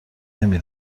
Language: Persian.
نمی